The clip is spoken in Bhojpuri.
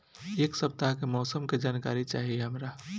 एक सपताह के मौसम के जनाकरी चाही हमरा